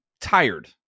tired